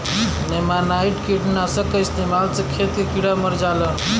नेमानाइट कीटनाशक क इस्तेमाल से खेत के कीड़ा मर जालन